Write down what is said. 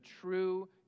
true